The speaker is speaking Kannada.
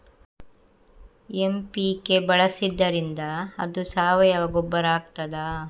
ಎಂ.ಪಿ.ಕೆ ಬಳಸಿದ್ದರಿಂದ ಅದು ಸಾವಯವ ಗೊಬ್ಬರ ಆಗ್ತದ?